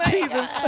Jesus